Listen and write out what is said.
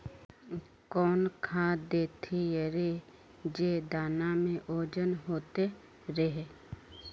कौन खाद देथियेरे जे दाना में ओजन होते रेह?